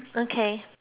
okay